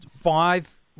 five